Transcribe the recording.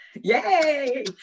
yay